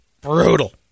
Brutal